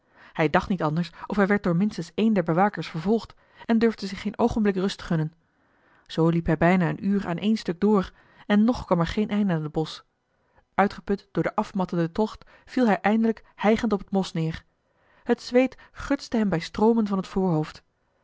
hij dacht niet anders of hij werd door minstens één der bewakers vervolgd en durfde zich geen oogenblik rust gunnen zoo liep hij bijna een uur aan één stuk door en nog kwam er geen eind aan t bosch uitgeput door de afmattende tocht viel hij eindelijk hijgend op het mos neer t zweet gutste hem bij stroomen van het voorhoofd